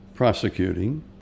prosecuting